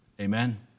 amen